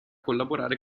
collaborare